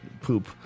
poop